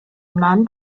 岭南